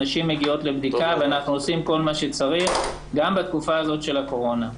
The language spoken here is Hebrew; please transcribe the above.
נשים מגיעות לבדיקה ואנחנו עושים כל מה שצריך גם בתקופה הזו של הקורונה.